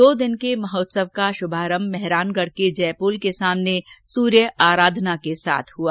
दो दिन के महोत्सव का शुभारंभ मेहरानगढ़ के जयर्पोल के सामने सूर्य अराधना के साथ हुआ